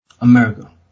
America